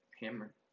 hammer